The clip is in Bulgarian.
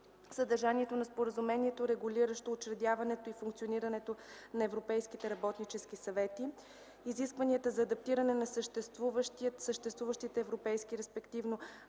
съдържанието на споразумението, регулиращо учредяването и функционирането на европейските работнически съвети; - изискванията за адаптиране на съществуващия(ите) европейски работнически